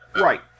Right